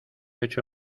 ocho